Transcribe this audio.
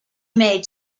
made